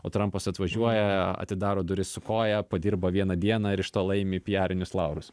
o trampas atvažiuoja atidaro duris su koja padirba vieną dieną ir iš to laimi pijarinius laurus